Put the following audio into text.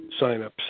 signups